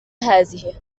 هذه